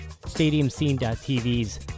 StadiumScene.tv's